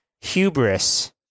hubris